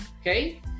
okay